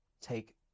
take